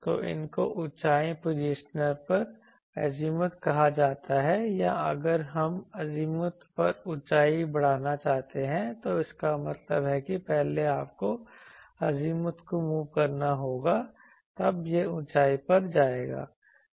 तो इनको ऊंचाई पोजिशनर पर अज़ीमुथ कहा जाता है या अगर हम अज़ीमुथ पर ऊंचाई बढ़ाना चाहते हैं तो इसका मतलब है कि पहले आपको अज़ीमुथ को मूव करना होगा तब यह ऊंचाई पर जाएगा